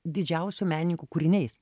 didžiausių menininkų kūriniais